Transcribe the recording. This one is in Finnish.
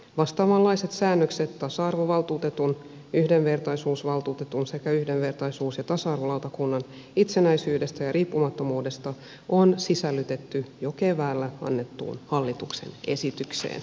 vastaavanlaiset säännökset tasa arvovaltuutetun yhdenvertaisuusvaltuutetun sekä yhdenvertaisuus ja tasa arvolautakunnan itsenäisyydestä ja riippumattomuudesta on sisällytetty jo keväällä annettuun hallituksen esitykseen